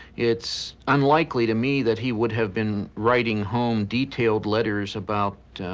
it's unlikely to me that he would have been writing home detailed letters about,